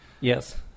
Yes